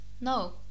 no